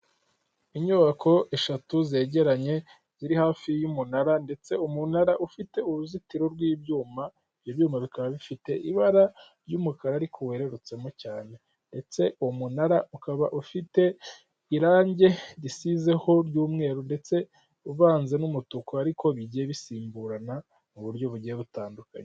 Inyubako eshatu zegeranye ziri hafi y'umunara, ndetse umunara ufite uruzitiro rw'ibyuma, ibyo byuma bikaba bifite ibara ry'umukara ariko werutsemo cyane. Ndetse umunara ukaba ufite irange risizeho ry'umweru ndetse uvanze n'umutuku ariko bijyiye bisimburana mu buryo bugiye butandukanye.